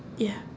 ya